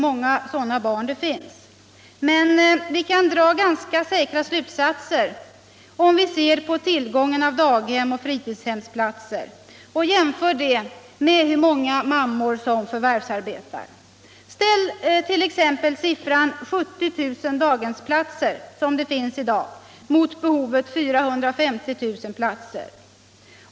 Men vi kan dra ganska säkra slutsatser om vi ser på tillgången på daghemsoch fritidshemsplatser och jämför antalet med hur många mammor som förvärvsarbetar. Ställ t.ex. siffran 70 000 dagshemsplatser, som det finns i dag, mot behovet 450 000 platser.